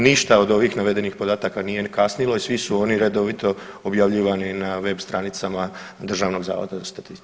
Ništa od ovih navedenih podataka nije kasnilo i svi su oni redovito objavljivani na web stranicama Državnog zavoda za statistiku.